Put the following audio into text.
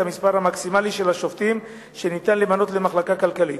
את המספר המקסימלי של השופטים שאפשר למנות למחלקה הכלכלית.